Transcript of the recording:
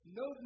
no